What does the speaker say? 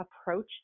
approach